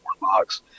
box